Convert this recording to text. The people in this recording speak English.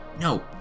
No